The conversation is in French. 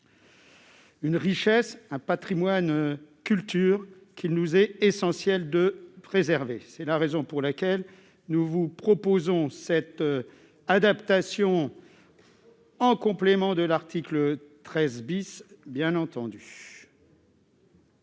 une richesse, un patrimoine, une culture qu'il est essentiel de préserver. C'est la raison pour laquelle nous vous proposons une telle adaptation, en complément de l'article 13. L'amendement